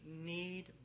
need